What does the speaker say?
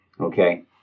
Okay